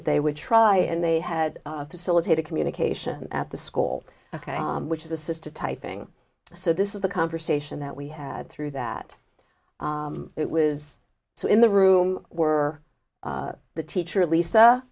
that they would try and they had facilitated communication at the school ok which is a sister typing so this is the conversation that we had through that it was so in the room were the teacher lisa